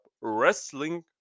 wrestling